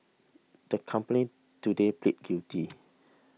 the company today pleaded guilty